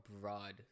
broad